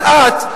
אז את,